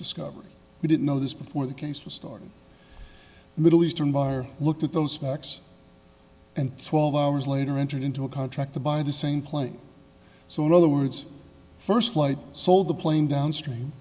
discovery we didn't know this before the case was started middle eastern bar looked at those facts and twelve hours later entered into a contract to buy the same plane so in other words first flight sold the plane downstream